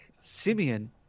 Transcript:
Simeon